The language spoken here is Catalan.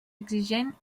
exigent